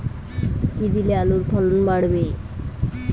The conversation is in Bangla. কী দিলে আলুর ফলন বাড়বে?